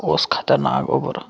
اوس خطرناک اوٚبُر